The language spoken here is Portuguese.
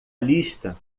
lista